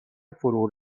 فرو